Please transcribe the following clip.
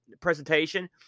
presentation